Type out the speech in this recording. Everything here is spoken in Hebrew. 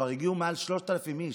וכבר הגיעו מעל 3,000 איש.